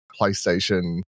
playstation